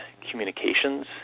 communications